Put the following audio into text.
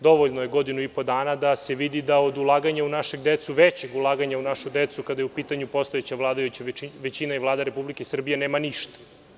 Dovoljno je godinu i po dana da se vidi da od ulaganja u našu decu, većeg ulaganja u našu decu kada je u pitanju postojeća vladajuća većina i Vlada Republike Srbije, nema ništa.